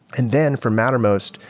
and then for mattermost,